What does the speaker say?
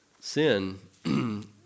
sin